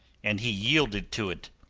and he yielded to it.